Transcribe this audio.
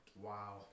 wow